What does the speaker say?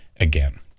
again